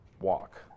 walk